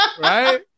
Right